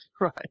right